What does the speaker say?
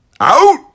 Out